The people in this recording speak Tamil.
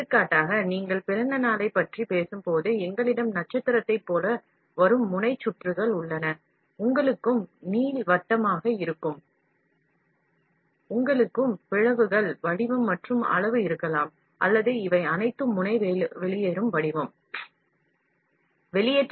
எடுத்துக்காட்டாக நீங்கள் பிறந்தநாளைப் பற்றி பேசும்போது நம்மிடம் நட்சத்திர வடிவம் போன்ற முனைகளின் சுற்றுகள் உள்ளன முனைகளின் சுற்றுகள் நீளமாக இருக்கலாம் பிளவுகளைக் கொண்டிருக்கலாம் இவை முனை வெளியேறும் வடிவம் என்று அழைக்கப்படுகின்றன